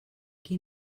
qui